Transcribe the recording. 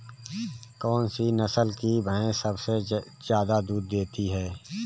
कौन सी नस्ल की भैंस सबसे ज्यादा दूध देती है?